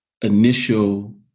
initial